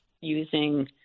using